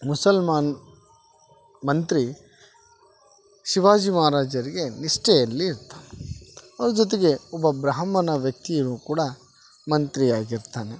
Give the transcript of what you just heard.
ಮುಸಲ್ಮಾನ ಮಂತ್ರಿ ಶಿವಾಜಿ ಮಹಾರಾಜರಿಗೆ ನಿಷ್ಠೆಯಲ್ಲಿ ಇರ್ತಾನೆ ಅವ್ರ ಜೊತೆಗೆ ಒಬ್ಬ ಬ್ರಾಹ್ಮಣ ವ್ಯಕ್ತಿಯು ಕೂಡ ಮಂತ್ರಿಯಾಗಿರ್ತಾನ